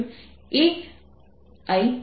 a છે